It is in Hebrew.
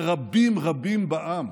ורבים רבים בעם